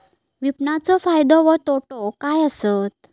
विपणाचो फायदो व तोटो काय आसत?